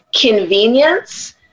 convenience